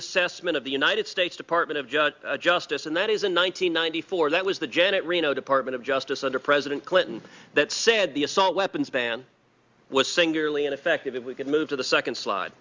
assessment of the united states department of justice justice and that is in one nine hundred ninety four that was the janet reno department of justice under president clinton that said the assault weapons ban was singularly ineffective and we could move to the second sl